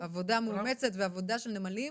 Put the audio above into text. בעבודה מאומצת ועבודת נמלים,